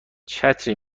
چتری